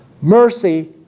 Mercy